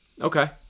Okay